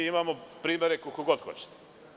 Imamo primera koliko god hoćete.